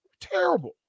terrible